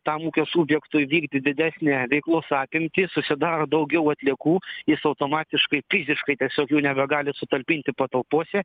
tam ūkio subjektui vykdyt didesnę veiklos apimtį susidaro daugiau atliekų jis automatiškai fiziškai tiesiog jų nebegali sutalpinti patalpose